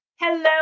Hello